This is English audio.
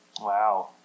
Wow